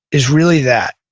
is really that.